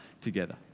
together